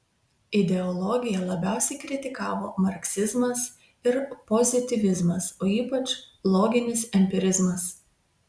ideologiją labiausiai kritikavo marksizmas ir pozityvizmas o ypač loginis empirizmas